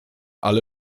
ale